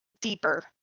deeper